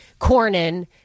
Cornyn